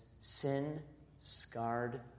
sin-scarred